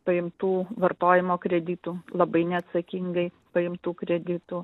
paimtų vartojimo kreditų labai neatsakingai paimtų kreditų